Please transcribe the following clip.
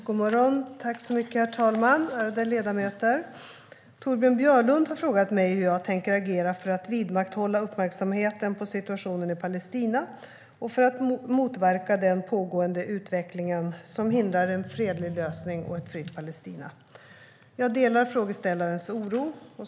Svar på interpellationer Herr talman! Ärade ledamöter! Torbjörn Björlund har frågat mig hur jag tänker agera för att vidmakthålla uppmärksamheten på situationen i Palestina och för att motverka den pågående utvecklingen som hindrar en fredlig lösning och ett fritt Palestina. Jag delar frågeställarens oro.